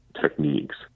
techniques